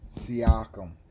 Siakam